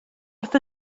wrth